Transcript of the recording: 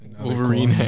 Wolverine